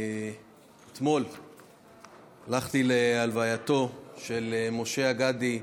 אתמול הלכתי להלווייתו של משה אגדי,